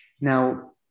Now